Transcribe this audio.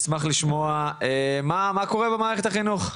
אני אשמח לשמוע מה קורה במערכת החינוך.